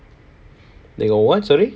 they got what sorry